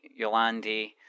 Yolandi